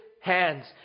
hands